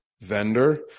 vendor